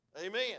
amen